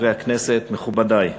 חברי הכנסת, מכובדי,